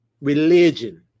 religion